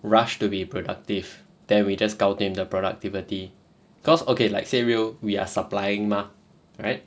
rush to be productive then we just gao dim the productivity cause okay like say we'll we are supplying mah right